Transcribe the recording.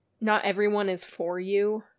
not-everyone-is-for-you